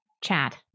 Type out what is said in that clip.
chat